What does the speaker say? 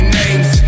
names